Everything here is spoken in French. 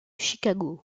chicago